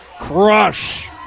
crush